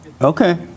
Okay